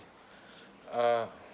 uh